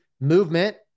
movement